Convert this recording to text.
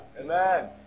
Amen